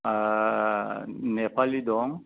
आह नेपालि दं